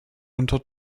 unter